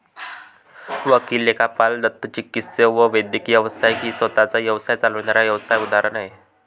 वकील, लेखापाल, दंतचिकित्सक व वैद्यकीय व्यावसायिक ही स्वतः चा व्यवसाय चालविणाऱ्या व्यावसाय उदाहरण आहे